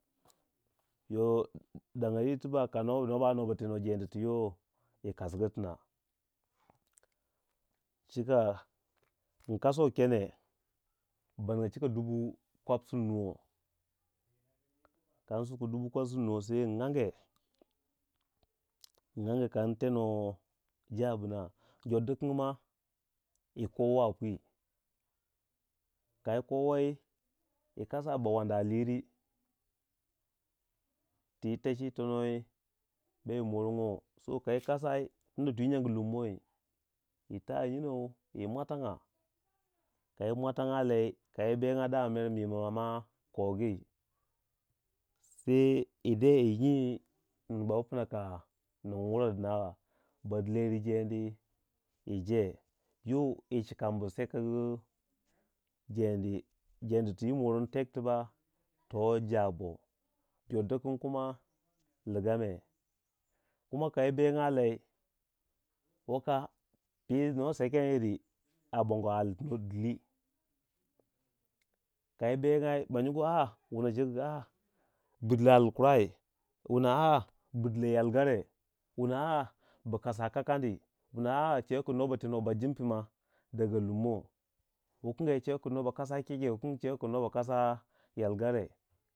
Yo danga yiri tibak ka nwo ba anda nuwa ba tenuwe jeendi ti yo yi kasgu tina yi kasuwa kene ba ningya chika inkaso kene baninga cika dubu kwab sur nuwo kan suki kan suki dubu kwab surnuwo sai in ange kon tenuwei jaa bina jor du kingi ma yi kowe a pwi ka yi kowei yi kasaba wandi all yiri tu yi techiyi tonei bayi morongo ka yi kasayi tunda twi nyangu lummoi yi ta nyinou yi mwatangya ka yi mwtangya lei kayi bengya dama mer mima yo ma kogi se yi de yi nyi nurba pnaka ning wure dina wa ba dillo yir jeendi yi jee yo yi yi cikiambu se kugu jeendi jeendi ti yi morondi tek tibak to jabo jor dikin kuma ligame kuma kai benga lei waka pi no sekanyiri a bonga all tu no dili kai bengai wuna cegu kin bu dilo all kurai wuna a a bu dilo yalgare, wuna a a bu kasa kakani, wuna a a cewei kin no ba teno bajimpi daga lummo, wukunge cewei kin no ba kasa kege, wukun cewei kin no ba kasa yalgare.